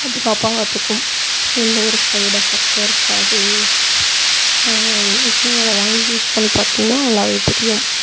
பாதுகாப்பாக பார்த்துக்கும் எந்த ஒரு சைட் எஃபெக்ட்டும் இருக்காது இப்போ நீங்கள் அதை வாங்கி யூஸ் பண்ணி பார்த்திங்கன்னா நல்லாவே தெரியும்